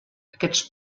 aquests